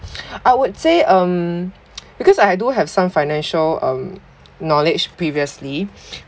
I would say um because I do have some financial um knowledge previously